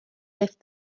left